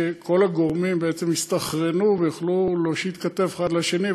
שכל הגורמים בעצם יסתנכרנו ויוכלו לתת כתף אחד לשני,